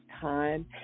time